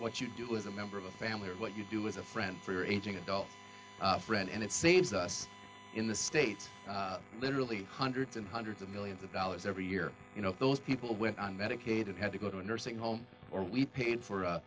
what you do is a member of a family or what you do as a friend for your aging adult friend and it saves us in the states literally hundreds and hundreds of millions of dollars every year you know if those people went on medicaid and had to go to a nursing home or we paid for